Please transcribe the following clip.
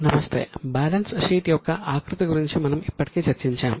నమస్తే balance sheet యొక్క ఆకృతి గురించి మనము ఇప్పటికే చర్చించాము